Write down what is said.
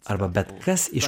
arba bet kas iš